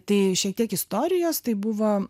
tai šiek tiek istorijos tai buvo